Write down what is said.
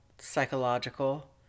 psychological